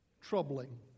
troubling